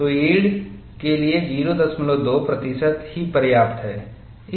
तो यील्ड के लिए 02 प्रतिशत ही पर्याप्त है